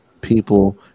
people